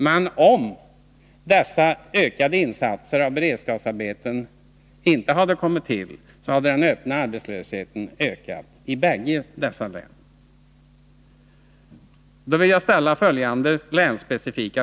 Men om dessa ökade insatser i form av beredskapsarbeten inte hade gjorts, hade den öppna arbetslösheten ökat i bägge dessa län.